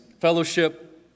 fellowship